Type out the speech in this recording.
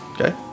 Okay